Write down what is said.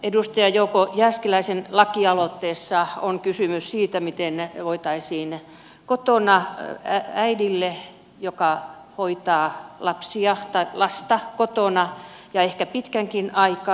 edustaja jouko jääskeläisen lakialoitteessa on kysymys siitä miten voitaisiin turvata äidille joka hoitaa lasta kotona ehkä pitkänkin aika